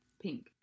pink